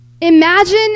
Imagine